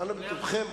אנא בטובכם,